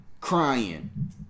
crying